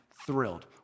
thrilled